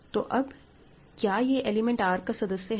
तो अब क्या यह एलिमेंट R का सदस्य है